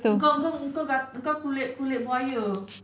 kau kulit kulit buaya